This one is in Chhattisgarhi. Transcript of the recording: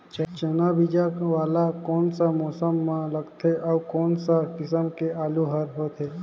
चाना बीजा वाला कोन सा मौसम म लगथे अउ कोन सा किसम के आलू हर होथे?